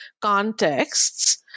contexts